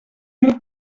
mil